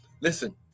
listen